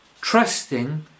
Trusting